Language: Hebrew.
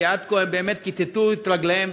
כי עד כה הם באמת כיתתו את רגליהם,